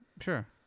Sure